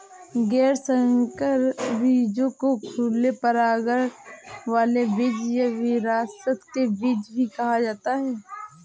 गैर संकर बीजों को खुले परागण वाले बीज या विरासत के बीज भी कहा जाता है